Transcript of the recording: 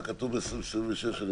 מה כתוב בסעיף 26?